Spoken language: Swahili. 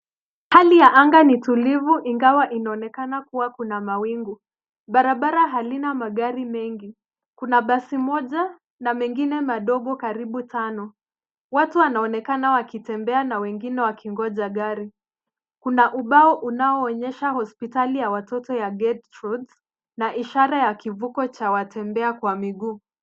Hali ya anga ni tulivu ingawa inaonekana kuwa kuna mawingu. Barabara halina magari mengi. Kuna basi moja na mengine madogo karibu tano. Watu wanaonekana wakitembea na wengine wakingoja gari. kuna ubao unaoonyesha hospitali ya watoto ya Gertrude na ishara ya kivuko cha watembea kwa miguu.